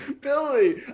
Billy